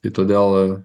tai todėl